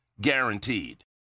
guaranteed